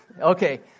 okay